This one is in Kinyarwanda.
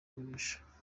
kugurisha